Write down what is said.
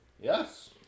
yes